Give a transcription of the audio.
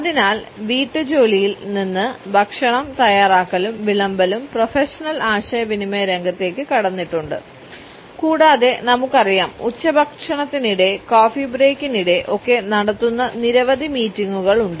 അതിനാൽ ഒരു വീട്ടുജോലിയിൽ നിന്ന് ഭക്ഷണം തയ്യാറാക്കലും വിളമ്പലും പ്രൊഫഷണൽ ആശയവിനിമയ രംഗത്തേക്ക് കടന്നിട്ടുണ്ട് കൂടാതെ നമുക്കറിയാം ഉച്ചഭക്ഷണത്തിനിടെ കോഫി ബ്രേക്ക്നിടെ ഒക്കെ നടത്തുന്ന നിരവധി മീറ്റിംഗുകൾ ഉണ്ട്